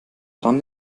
dran